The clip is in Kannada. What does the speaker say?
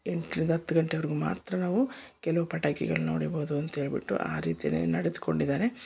ಎಂಟರಿಂದ ಹತ್ತು ಗಂಟೆವರೆಗೂ ಮಾತ್ರ ನಾವು ಕೆಲವು ಪಟಾಕಿಗಳನ್ನು ಹೊಡೀಬೋದು ಅಂಥೇಳ್ಬಿಟ್ಟು ಆ ರೀತಿನೇ ನಡೆದುಕೊಂಡಿದ್ದಾರೆ